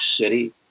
City